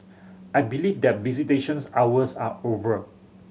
I believe that visitations hours are over